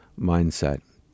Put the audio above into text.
mindset